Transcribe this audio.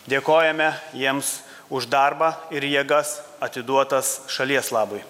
dėkojame jiems už darbą ir jėgas atiduotas šalies labui